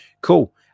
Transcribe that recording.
Cool